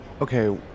okay